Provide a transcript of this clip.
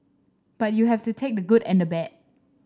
but you have to take the good and the bad